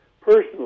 personally